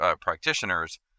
practitioners